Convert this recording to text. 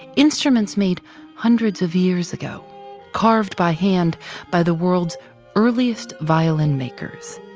instruments made hundreds of years ago carved by hand by the world's earliest violin makers,